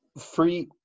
Free